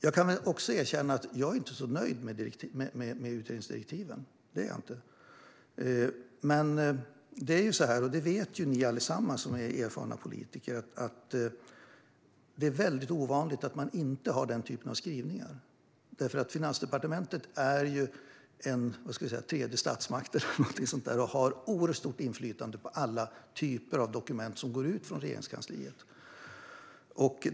Jag kan erkänna att jag inte är nöjd med utredningsdirektiven. Men alla erfarna politiker vet att det är ovanligt att man inte har den typen av skrivningar eftersom Finansdepartementet, som är tredje statsmakten eller något sådant, har oerhört stort inflytande på alla dokument som går ut från Regeringskansliet.